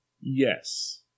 Yes